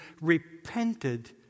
repented